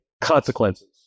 consequences